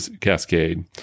cascade